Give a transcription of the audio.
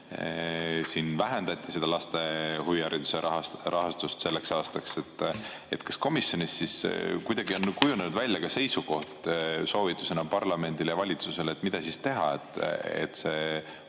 et vähendati laste huvihariduse rahastust selleks aastaks, siis kas komisjonis on kuidagi kujunenud välja ka seisukoht soovitusena parlamendile ja valitsusele, et mida teha, et